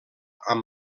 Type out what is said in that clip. amb